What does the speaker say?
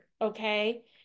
okay